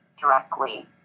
directly